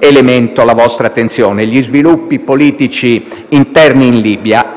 elemento alla vostra attenzione è quello relativo agli sviluppi politici interni in Libia.